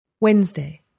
Wednesday